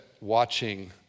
watching